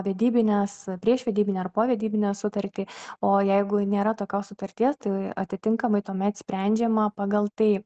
vedybines priešvedybinę ar povedybinę sutartį o jeigu nėra tokios sutarties tai atitinkamai tuomet sprendžiama pagal tai